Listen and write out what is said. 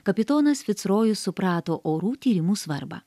kapitonas ficrojus suprato orų tyrimų svarbą